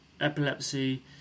epilepsy